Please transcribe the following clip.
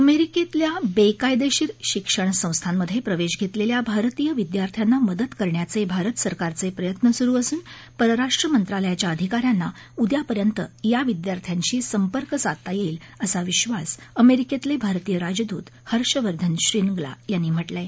अमेरिकेतल्या बेकायदेशीर शिक्षण संस्थांमध्ये प्रवेश घेतलेल्या भारतीय विद्यार्थ्यांना मदत करण्याचे भारत सरकारचे प्रयत्न सुरु असून परराष्ट्र मंत्रालयाच्या अधिकाऱ्यांना उद्यापर्यंत या विद्यार्थ्यांशी संपर्क साधता येईल असा विधास अमेरिकेतले भारतीय राजदूत हर्ष वर्धन श्रीनगला यांनी म्हटलं आहे